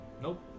Nope